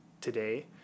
today